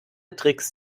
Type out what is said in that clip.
tricks